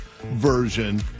version